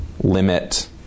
limit